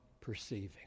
perceiving